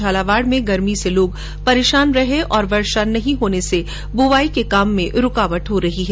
झालावाड़ में गर्मी से लोग परेशान रहे और वर्षा न होने से बुवाई के काम में बाघा पड़ रही है